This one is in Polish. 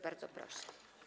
Bardzo proszę.